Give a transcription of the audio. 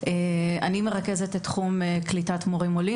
אני מרכזת את תחום קליטת המורים העולים.